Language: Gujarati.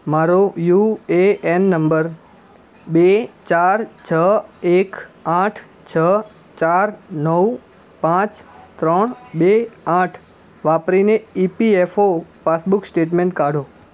મારો યુ એ એન નંબર બે ચાર છ એક આઠ છ ચાર નવ પાંચ ત્રણ બે આઠ વાપરીને E P F O passbook statement કાઢો